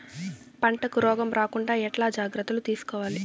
పంటకు రోగం రాకుండా ఎట్లా జాగ్రత్తలు తీసుకోవాలి?